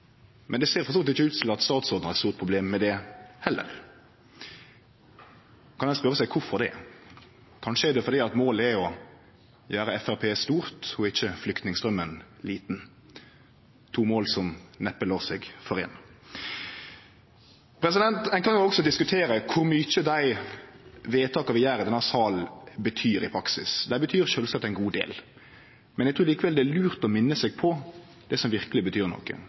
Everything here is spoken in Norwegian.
men det ser for så vidt ikkje ut til at statsråden har eit stort problem med det, heller. Ein kan spørje seg: Kvifor det? Kanskje er det fordi at målet er å gjere Framstegspartiet stort og ikkje flyktningstraumen liten – to mål som neppe lèt seg foreine. Ein kan også diskutere kor mykje dei vedtaka vi gjer i denne salen, betyr i praksis. Dei betyr sjølvsagt ein god del, men eg trur likevel det er lurt å minne seg på det som verkeleg betyr noko,